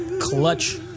Clutch